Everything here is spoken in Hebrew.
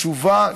חשובה,